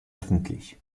öffentlich